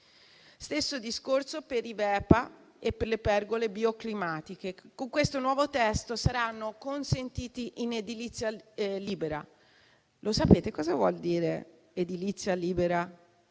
Stesso discorso per le Vepa e per le pergole bioclimatiche, che con questo nuovo testo saranno consentiti in edilizia libera. Lo sapete cosa vuol dire edilizia libera